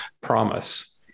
promise